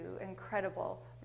incredible